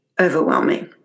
overwhelming